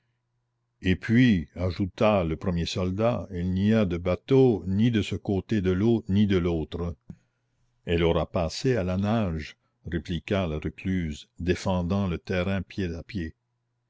et puis ajouta le premier soldat il n'y a de bateau ni de ce côté de l'eau ni de l'autre elle aura passé à la nage répliqua la recluse défendant le terrain pied à pied